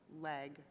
leg